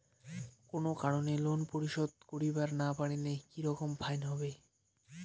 কোনো কারণে লোন পরিশোধ করিবার না পারিলে কি রকম ফাইন হবে?